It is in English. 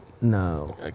no